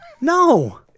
No